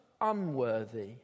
Unworthy